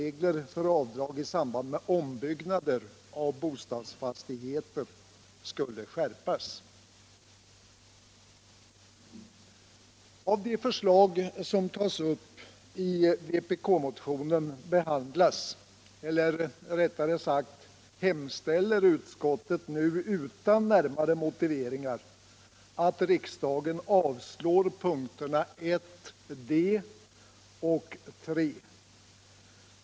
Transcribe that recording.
Av de förslag som tas upp i vpk-motionen behandlar eller rättare sagt hemställer utskottet nu utan närmare motiveringar att riksdagen avslår punkterna 1 d och 3.